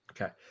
Okay